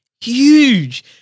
huge